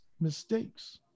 mistakes